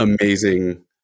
amazing